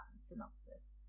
synopsis